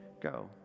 go